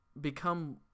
become